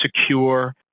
secure